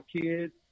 kids